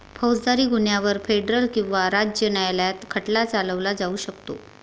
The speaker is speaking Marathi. फौजदारी गुन्ह्यांवर फेडरल किंवा राज्य न्यायालयात खटला चालवला जाऊ शकतो